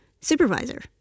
supervisor